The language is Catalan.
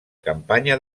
campanya